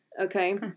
okay